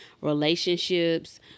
relationships